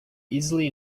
easily